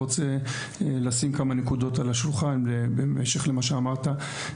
לשים כמה נקודות על השולחן, בהמשך למה שאמרת.